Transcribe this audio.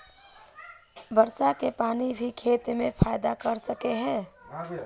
वर्षा के पानी भी ते खेत में फायदा कर सके है?